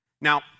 Now